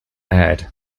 aired